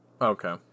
Okay